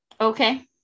Okay